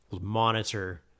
monitor